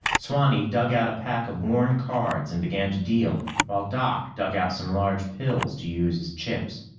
swanee dug out a pack of worn cards and began to deal while doc dug out some large pills to use as chips.